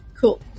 Cool